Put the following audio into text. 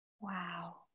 Wow